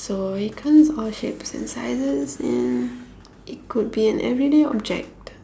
so it comes all shapes and sizes and it could be an everyday object